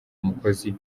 umukozi